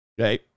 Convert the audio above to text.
okay